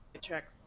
check